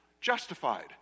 Justified